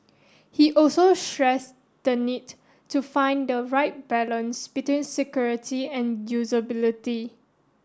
he also stress the need to find the right balance between security and usability